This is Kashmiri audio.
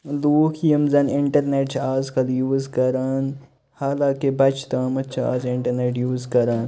لوٗکھ یِم زَن اِنٹَرنیٚٹ چھِ آزکَل یوٗز کَران حالانٛکہِ بَچہٕ تامَتھ چھِ آز اِنٹرنٹ یوٗز کَران